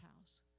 house